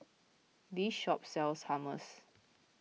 this shop sells Hummus